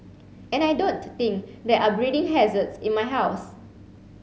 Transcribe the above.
and I don't think there are breeding hazards in my house